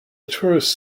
tourist